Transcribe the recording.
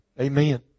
Amen